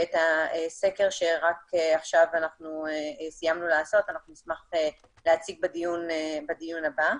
את הסקר שרק עכשיו אנחנו סיימנו לעשות אנחנו נשמח להציג בדיון הבא.